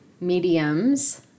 mediums